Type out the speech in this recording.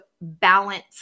balance